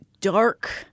dark